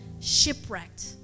shipwrecked